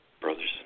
Brothers